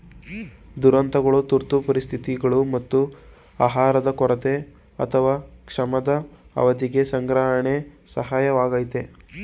ದುರಂತಗಳು ತುರ್ತು ಪರಿಸ್ಥಿತಿಗಳು ಮತ್ತು ಆಹಾರದ ಕೊರತೆ ಅಥವಾ ಕ್ಷಾಮದ ಅವಧಿಗೆ ಸಂಗ್ರಹಣೆ ಸಹಾಯಕವಾಗಯ್ತೆ